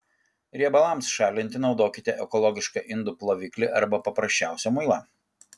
riebalams šalinti naudokite ekologišką indų ploviklį arba paprasčiausią muilą